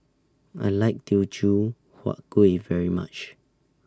I like Teochew Huat Kueh very much